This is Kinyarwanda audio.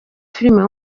filime